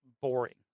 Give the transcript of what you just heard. boring